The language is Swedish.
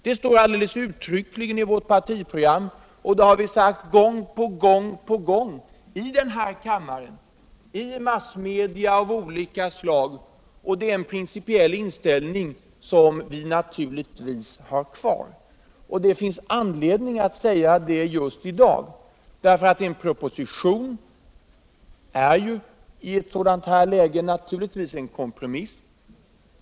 Det står uttryckligen i vårt partiprogram, och det har vi sagt gång på gång i den här kammaren och i olika massmedia. Det är en principiell inställning som vi naturligtvis har kvar. Det finns anledning att säga det just i dag, därför att denna proposition naturligtvis innehåller kompromissförslag.